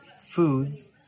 foods